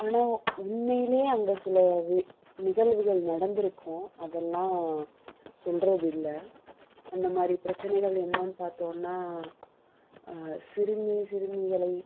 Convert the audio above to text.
ஆனால் உண்மையிலையே அங்கே சில நிகழ்வுகள் நடந்திருக்கும் அதெல்லாம் சொல்கிறதில்ல அந்த மாதிரி பிரச்சனைகள் என்னென்னு பார்த்தோம்னா சிறுமி சிறுமிகளை